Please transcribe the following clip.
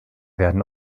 werden